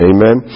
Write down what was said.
Amen